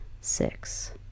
six